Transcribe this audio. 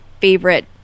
favorite